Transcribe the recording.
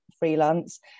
freelance